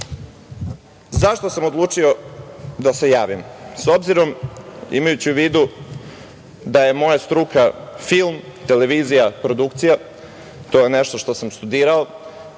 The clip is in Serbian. sam odlučio da se javim? S obzirom, a imajući u vidu da je moja struka, film, televizija, produkcija, to je nešto što sam studirao,